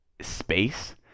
space